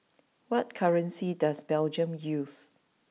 what currency does Belgium use